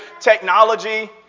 technology